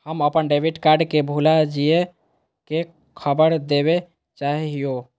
हम अप्पन debit card के भुला जाये के खबर देवे चाहे हियो